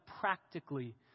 practically